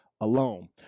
alone